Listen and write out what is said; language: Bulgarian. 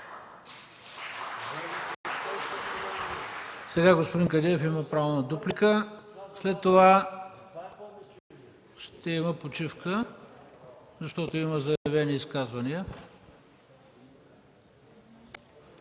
Сега господин Кадиев има право на дуплика, след което ще има почивка, защото има заявени изказвания.